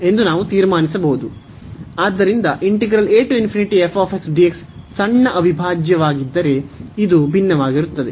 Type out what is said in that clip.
ಆದ್ದರಿಂದ ಸಣ್ಣ ಅವಿಭಾಜ್ಯವಾಗಿದ್ದರೆ ಇದು ಭಿನ್ನವಾಗಿರುತ್ತದೆ